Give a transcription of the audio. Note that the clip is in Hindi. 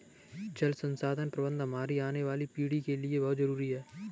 जल संसाधन प्रबंधन हमारी आने वाली पीढ़ी के लिए बहुत जरूरी है